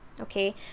okay